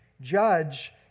judge